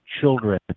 children